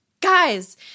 guys